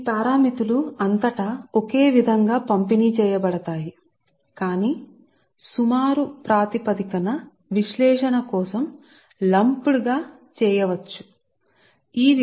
వాస్తవానికి మీరు చూసిన పారామితులు ఈ పారామితులను ఒకే విధం గా పంపిణీ చేస్తాయి కాని మా అవగాహన కోసం మరియు మా విశ్లేషణ కోసం అవి సుమారుగా విశ్లేషణ ప్రయోజనం కోసం లంపడ్ గా పరిగణించబడతాయి